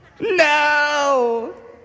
No